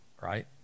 right